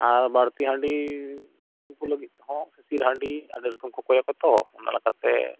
ᱟᱨ ᱵᱟᱹᱲᱛᱤ ᱦᱟᱺᱰᱤ ᱩᱱᱠᱩ ᱞᱟᱹᱜᱤᱫᱦᱚᱸ ᱥᱤᱥᱤᱨ ᱦᱟᱺᱰᱤ ᱟᱹᱰᱤ ᱦᱚᱲ ᱠᱚ ᱠᱚᱠᱚᱭ ᱟᱠᱚ ᱛᱚ ᱚᱱᱟ ᱞᱮᱠᱟᱛᱮ